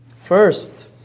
First